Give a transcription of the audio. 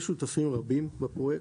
יש שותפים רבים בפרויקט,